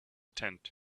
tent